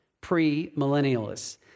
pre-millennialists